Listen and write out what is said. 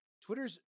Twitter's